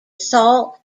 salt